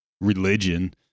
religion